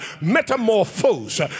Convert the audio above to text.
metamorphose